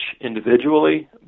individually